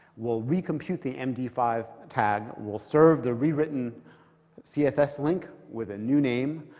will recompute the m d five tag, will serve the rewritten css link with a new name,